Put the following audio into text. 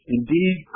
Indeed